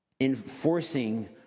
enforcing